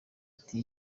ati